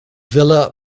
villa